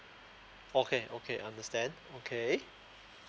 okay okay understand okay